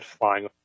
flying